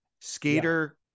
skater